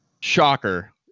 Shocker